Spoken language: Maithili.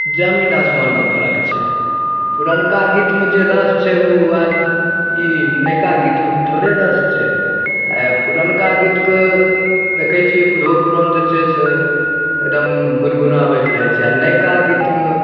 जमीन आसमानके फर्क छै पुरनका गीतमे जे रस छै आइ ई नवका गीतमे थोड़े रस छै पुरनका गीतके देखै छियै बूढ़ो पुरान जे छै से एगदम गुनगुनाबैत रहै छै आ नवका गीतमे